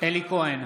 אלי כהן,